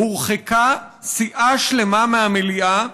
הורחקה סיעה שלמה מהמליאה